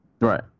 Right